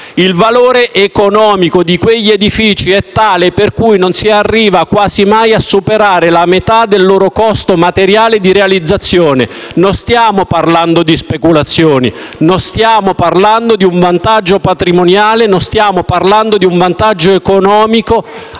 Il valore economico di quegli edifici è tale per cui non si arriva quasi mai a superare la metà del loro costo materiale di realizzazione. Non stiamo parlando di speculazioni, non stiamo parlando di un vantaggio patrimoniale, non stiamo parlando di un vantaggio economico